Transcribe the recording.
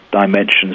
dimensions